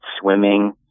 swimming